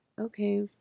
Okay